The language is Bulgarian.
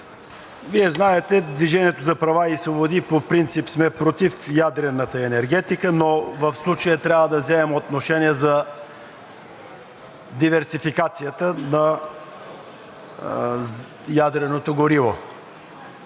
Вие знаете, че от „Движение за права и свободи“ по принцип сме против ядрената енергетика, но в случая трябва да вземем отношение за диверсификацията на ядреното гориво.